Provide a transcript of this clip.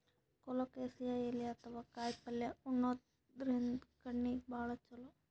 colocasia ಎಲಿ ಅಥವಾ ಕಾಯಿಪಲ್ಯ ಉಣಾದ್ರಿನ್ದ ಕಣ್ಣಿಗ್ ಭಾಳ್ ಛಲೋ